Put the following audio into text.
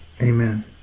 amen